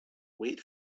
wait